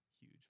huge